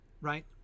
right